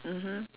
mmhmm